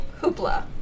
Hoopla